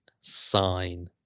sign